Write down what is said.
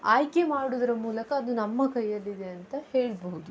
ಆಯ್ಕೆ ಮಾಡೋದರ ಮೂಲಕ ಅದು ನಮ್ಮ ಕೈಯ್ಯಲ್ಲಿದೆ ಅಂತ ಹೇಳ್ಬೋದು